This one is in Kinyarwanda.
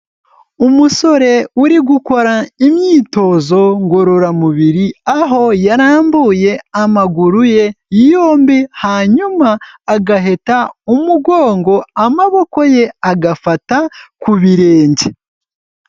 Umusore uri gukora imyitozo ngororamubiri aho yarambuye amaguru ye yumbi hanyuma agaheta umugongo amaboko ye agafata ku birenge.